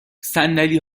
صندلی